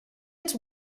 its